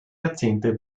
jahrzehnte